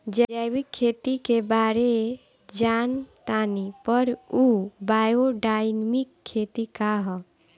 जैविक खेती के बारे जान तानी पर उ बायोडायनमिक खेती का ह?